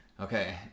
Okay